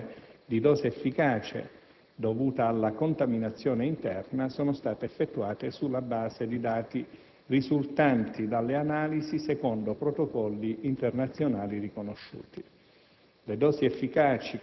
Le valutazioni di dose efficace dovuta alla contaminazione interna sono state effettuate sulla base dei dati risultanti dalle analisi secondo protocolli internazionali riconosciuti.